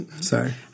Sorry